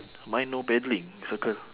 mine no paddling circle